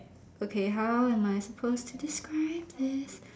okay how am I supposed to describe this